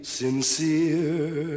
sincere